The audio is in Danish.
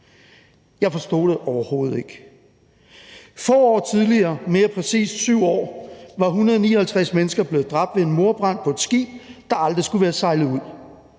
Jeg forstod det overhovedet ikke. Få år tidligere, mere præcist 7 år, var 159 mennesker blevet dræbt ved en mordbrand på et skib, der aldrig skulle være sejlet ud,